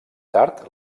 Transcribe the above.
tard